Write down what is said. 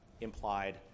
implied